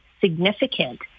significant